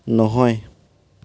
নহয়